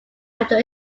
after